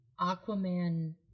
Aquaman